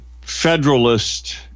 Federalist